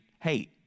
hate